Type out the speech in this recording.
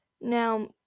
now